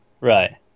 Right